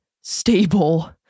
stable